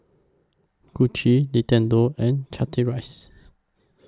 Gucci Nintendo and Chateraise